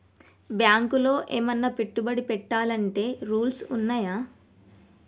బ్యాంకులో ఏమన్నా పెట్టుబడి పెట్టాలంటే రూల్స్ ఉన్నయా?